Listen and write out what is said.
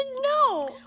no